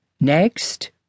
Next